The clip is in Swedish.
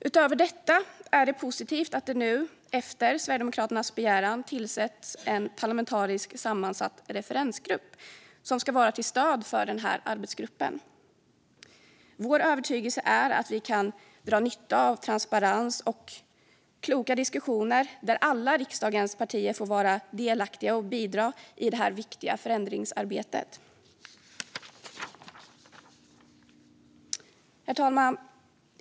Utöver detta är det positivt att det nu efter Sverigedemokraternas begäran tillsätts en parlamentariskt sammansatt referensgrupp som ska vara till stöd för denna arbetsgrupp. Vår övertygelse är att vi kan dra nytta av transparens och kloka diskussioner när alla riksdagens partier får vara delaktiga och bidra i detta viktiga förändringsarbete.